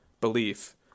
belief